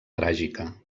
tràgica